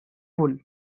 fool